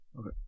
Okay